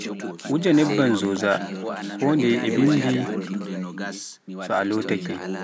wujaa nebban zoza e bimbi so a lotaake.